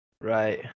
Right